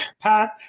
Pat